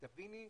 תביני,